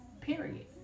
Period